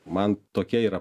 man tokia yra